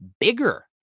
bigger